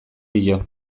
dio